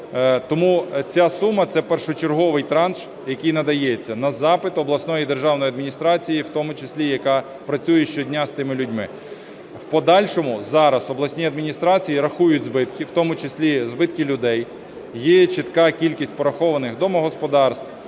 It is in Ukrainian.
Тому ця сума – це першочерговий транш, який надається на запит обласної державної адміністрації, в тому числі яка працює щодня з тими людьми. В подальшому зараз обласні адміністрації рахують збитки, в тому числі, збитки людей. Є чітка кількість порахованих домогосподарств,